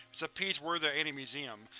it's a piece worthy of any museum.